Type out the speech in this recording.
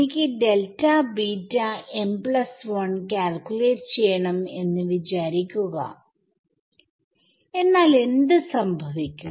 എനിക്ക് കാൽക്കുലേറ്റ് ചെയ്യണം എന്ന് വിചാരിക്കുക എന്നാൽ എന്ത് സംഭവിക്കും